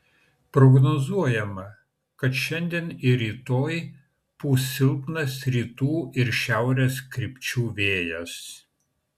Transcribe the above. prognozuojama kad šiandien ir rytoj pūs silpnas rytų ir šiaurės krypčių vėjas